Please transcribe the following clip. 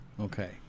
okay